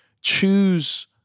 choose